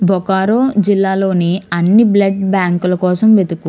బొకారో జిల్లాలోని అన్ని బ్లడ్ బ్యాంకుల కోసం వెతుకు